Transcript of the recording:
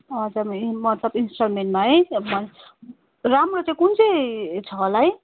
हजुर इ मतलब इन्स्टलमेन्टमा है राम्रो चाहिँ कुन चाहिँ छ होला है